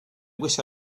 wish